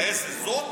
איזו?